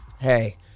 Hey